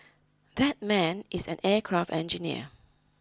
that man is an aircraft engineer